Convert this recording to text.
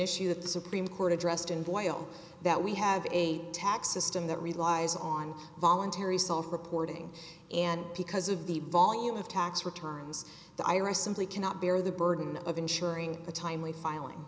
that the supreme court addressed in boyle that we have a tax system that relies on voluntary self reporting and because of the volume of tax returns the i r s simply cannot bear the burden of insuring the timely filing